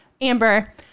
Amber